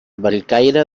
bellcaire